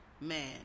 man